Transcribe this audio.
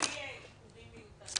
בלי עיכובים מיוחדים.